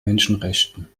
menschenrechten